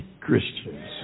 Christians